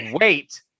wait